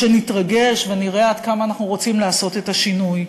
שנתרגש ונראה עד כמה אנחנו רוצים לעשות את השינוי.